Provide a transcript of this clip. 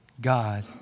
God